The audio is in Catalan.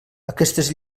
aquestes